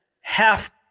half